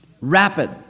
rapid